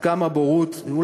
זה תופס לכל המציעים, הזמן הזה?